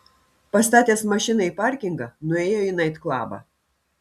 pastatęs mašiną į parkingą nuėjo naitklabą